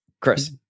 Chris